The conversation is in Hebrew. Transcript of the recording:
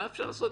מה אפשר לעשות?